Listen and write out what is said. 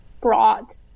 brought